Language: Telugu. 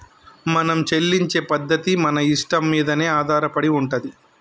మనం చెల్లించే పద్ధతి మన ఇష్టం మీదనే ఆధారపడి ఉంటది